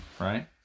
right